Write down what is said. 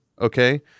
okay